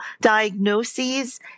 diagnoses